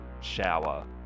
shower